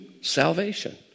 salvation